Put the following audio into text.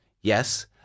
yes